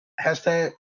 Hashtag